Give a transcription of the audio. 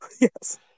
Yes